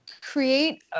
create